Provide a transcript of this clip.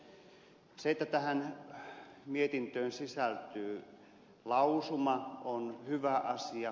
se että tähän mietintöön sisältyy lausuma on hyvä asia